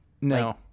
No